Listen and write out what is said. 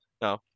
no